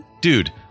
Dude